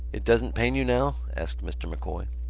it doesn't pain you now? asked mr. m'coy.